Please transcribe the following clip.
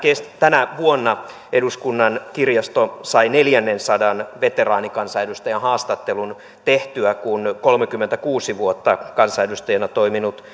tänä vuonna eduskunnan kirjasto sai neljännensadannen veteraanikansanedustajan haastattelun tehtyä kun kolmekymmentäkuusi vuotta kansanedustajana toiminut